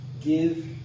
give